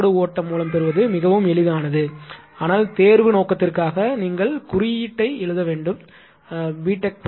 லோடுஓட்டம் மூலம் பெறுவது மிகவும் எளிதானது ஆனால் தேர்வு நோக்கத்திற்காக நீங்கள் குறியீட்டை எழுத வேண்டும் B